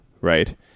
right